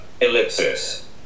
ellipsis